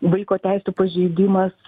vaiko teisių pažeidimas